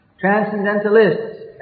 Transcendentalists